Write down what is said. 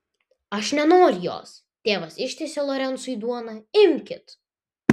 aš nenoriu jos tėvas ištiesė lorencui duoną imkit